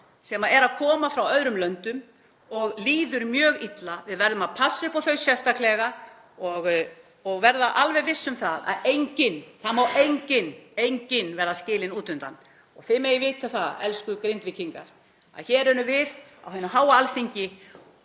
sem eru að koma frá öðrum löndum og líður mjög illa. Við verðum að passa upp á þau sérstaklega og vera alveg viss um að enginn — enginn — verði skilinn út undan. Þið megið vita það, elsku Grindvíkingar, að við hér á hinu háa Alþingi